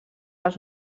als